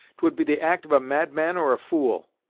twould be the act of a madman or a fool!